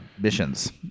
Missions